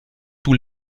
tous